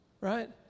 Right